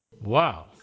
Wow